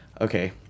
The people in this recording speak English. Okay